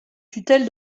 tutelle